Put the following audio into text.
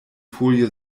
folie